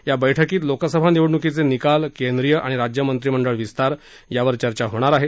या बैठकीत लोकसभा निवडणकीचे निकाल केंद्रीय आणि राज्यमंत्रिमंडळ विस्तार यावर चर्चा होणार आहे